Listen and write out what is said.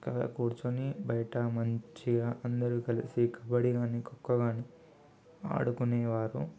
చక్కగా కూర్చోని బయట మంచిగా అందరు కలిసి కబడ్డీ కానీ ఖోఖో కానీ ఆడుకునేవారు